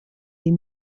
les